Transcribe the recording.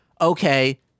okay